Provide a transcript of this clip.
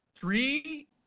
Three